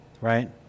right